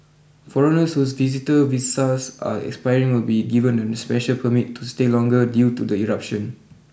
foreigners whose visitor visas are expiring will be given a special permit to stay longer due to the eruption